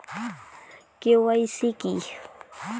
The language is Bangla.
কে.ওয়াই.সি কী?